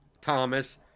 Thomas